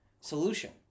Solution